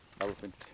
elephant